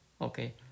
Okay